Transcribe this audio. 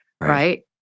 right